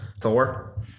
Thor